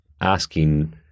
asking